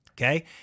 okay